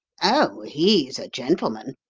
oh, he's a gentleman,